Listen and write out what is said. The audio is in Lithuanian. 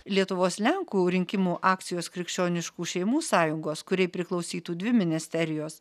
lietuvos lenkų rinkimų akcijos krikščioniškų šeimų sąjungos kuriai priklausytų dvi ministerijos